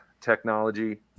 technology